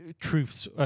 truths